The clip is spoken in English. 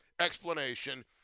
explanation